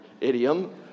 idiom